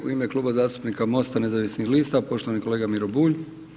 U ime Kluba zastupnika MOST-a nezavisnih lista, poštovani kolega Miro Bulj.